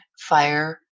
fire